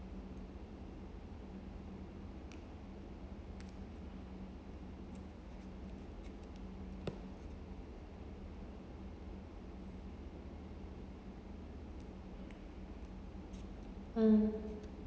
mm